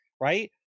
Right